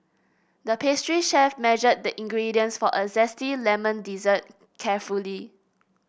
the pastry chef measured the ingredients for a zesty lemon dessert carefully